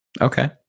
Okay